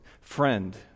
friend